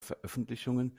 veröffentlichungen